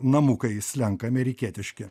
namukai slenka amerikietiški